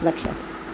लक्षात